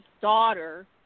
daughter